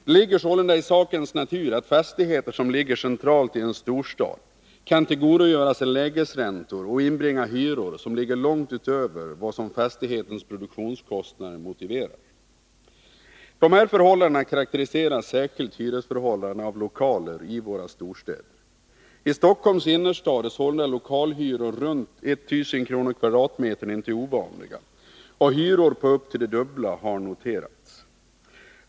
Det ligger sålunda i sakens natur att fastigheter som är belägna centralt i en storstad kan tillgodogöra sig lägesräntor och inbringa hyror som ligger långt utöver vad som fastighetens produktionskostnader motiverar. Detta är särskilt karakteristiskt för hyresförhållandena när det gäller lokaler i våra storstäder. I Stockholms innerstad är sålunda lokalhyror på i runt tal 1000 kr/m? inte ovanliga, och hyror på upp till det dubbla har noterats.